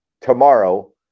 tomorrow